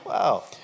Wow